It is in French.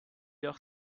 leur